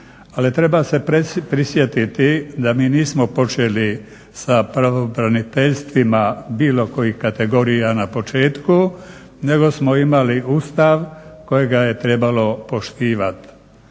treba se prisjetiti da mi nismo počeli sa pravobraniteljstvima bilo kojih kategorija na početku nego smo imali Ustav kojega je trebalo poštivat.